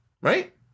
Right